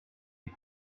des